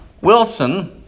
Wilson